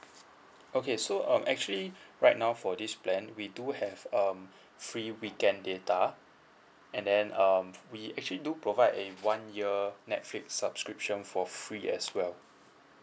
okay so um actually right now for this plan we do have um free weekend data and then um we actually do provide a one year uh Netflix subscription for free as well